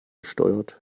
steuert